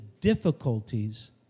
difficulties